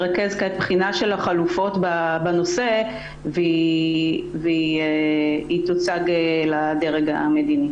מרכז כעת בחינה של החלופות בנושא והיא תוצג לדרג המדיני.